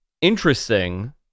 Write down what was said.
interesting